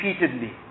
repeatedly